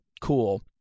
cool